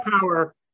power